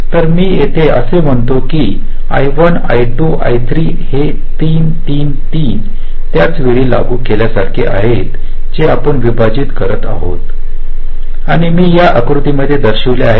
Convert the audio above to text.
तर मी येथे असे म्हणतो की हे I1 आय 2 आय 3 हे 3 3 3 त्याच वेळी लागू केल्यासारखे आहेत जे आपण विभाजित करत आहोत आणि मी या आकृतीमध्ये दर्शविले आहे